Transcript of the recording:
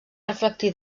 reflectir